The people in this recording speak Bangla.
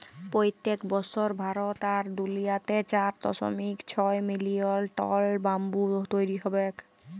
পইত্তেক বসর ভারত আর দুলিয়াতে চার দশমিক ছয় মিলিয়ল টল ব্যাম্বু তৈরি হবেক